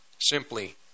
simply